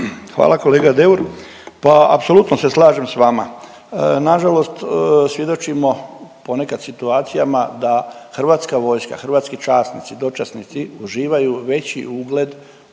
Hvala kolega Deur. Pa apsolutno se slažem sa vama. Na žalost svjedočimo ponekad situacijama da Hrvatska vojska, hrvatski časnici, dočasnici uživaju veći ugled